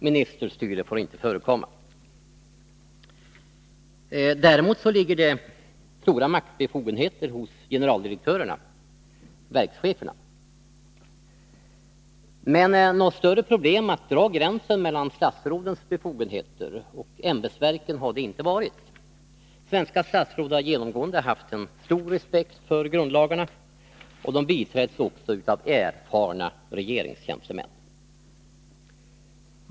Ministerstyre får inte förekomma. Däremot ligger stora maktbefogenheter hos generaldirektörerna-verkscheferna. Något större problem att dra gränsen mellan statsrådens befogenheter och ämbetsverken har det inte varit. Svenska statsråd har genomgående haft en stor respekt för grundlagarna, och de biträds också av erfarna regeringstjänstemän.